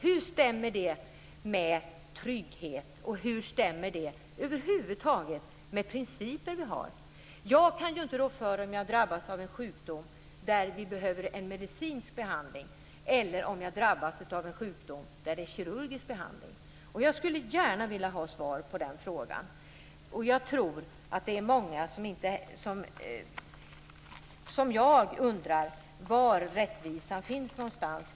Hur stämmer det med trygghet? Hur stämmer det över huvud taget med de principer vi har? Jag kan ju inte rå för om jag drabbas av en sjukdom där det behövs en behandling med medicin eller om jag drabbas av en sjukdom där det är kirurgisk behandling. Jag skulle gärna vilja ha svar på den frågan. Jag tror att det är många som liksom jag undrar var rättvisan finns någonstans.